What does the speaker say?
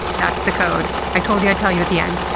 that's the code i told you i'd tell you at the end.